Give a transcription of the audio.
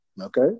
okay